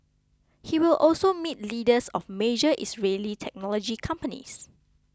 he will also meet leaders of major Israeli technology companies